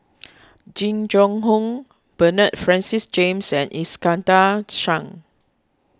Jing Jun Hong Bernard Francis James and Iskandar Shah